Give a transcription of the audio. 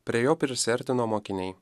prie jo prisiartino mokiniai